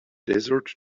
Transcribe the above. desert